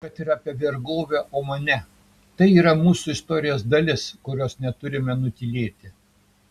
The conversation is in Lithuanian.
kad ir apie vergovę omane tai yra mūsų istorijos dalis kurios neturime nutylėti